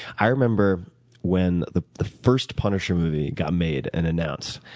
ah remember when the the first punisher movie got made and announced.